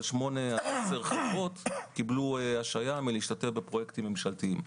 אבל 8 עד 10 חברות קיבלו השעיה מלהשתתף בפרויקטים ממשלתיים.